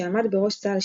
שעמד בראש צה"ל 2,